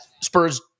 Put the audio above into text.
Spurs